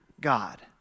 God